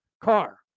car